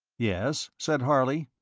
yes, said harley.